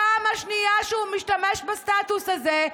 הפעם השנייה שהוא משתמש בסטטוס הזה,